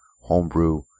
homebrew